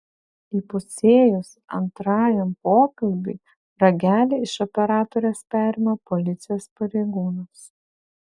įpusėjus antrajam pokalbiui ragelį iš operatorės perima policijos pareigūnas